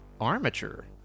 armature